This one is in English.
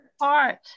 Heart